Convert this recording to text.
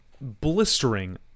blistering